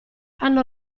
hanno